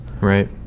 Right